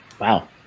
Wow